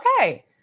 okay